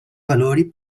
valori